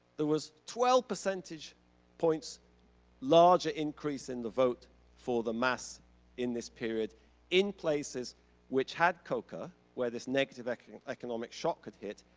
there was twelve percentage points larger increase in the vote for the mas in this period in places which had coca, where this negative economic shock had hit,